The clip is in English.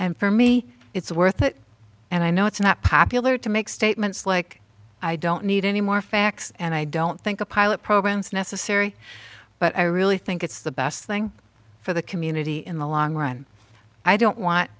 and for me it's worth it and i know it's not popular to make statements like i don't need any more facts and i don't think a pilot program is necessary but i really think it's the best thing for the community in the long run i don't want